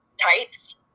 tights